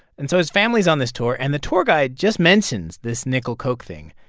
and so his family's on this tour, and the tour guy just mentions this nickel-coke thing.